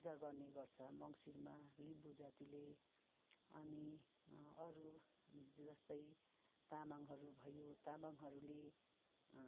पूजा गर्ने गर्छ मुङसिरमा लिम्बू जातिले अनि अरू जस्तै तामाङहरूको तामाङहरूले